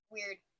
Weird